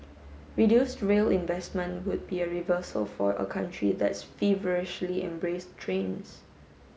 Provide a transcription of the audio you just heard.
reduced rail investment would be a reversal for a country that's feverishly embraced trains